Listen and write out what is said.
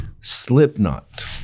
Slipknot